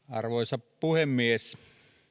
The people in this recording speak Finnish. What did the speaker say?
arvoisa puhemies